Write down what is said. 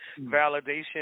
validation